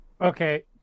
Okay